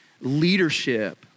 leadership